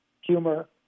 humor